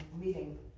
meeting